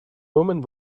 woman